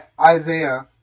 Isaiah